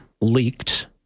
leaked